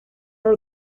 are